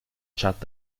chat